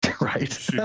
Right